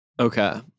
Okay